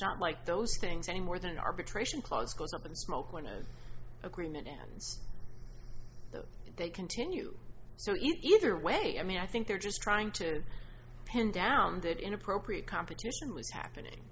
situation like those things any more than an arbitration clause goes up in smoke when an agreement ends they continue so either way i mean i think they're just trying to pin down that inappropriate competition was happening